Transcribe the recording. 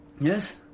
Yes